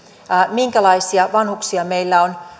minkälaisia vanhuksia meillä on